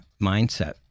mindset